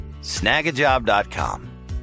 Snagajob.com